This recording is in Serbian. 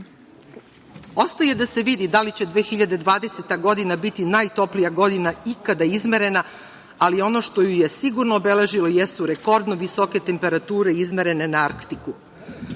Ostaje da se vidi da li će 2020. godina biti najtoplija godina ikada izmerena, ali ono što ju je sigurno obeležilo jesu rekordno visoke temperature izmerene na